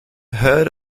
heard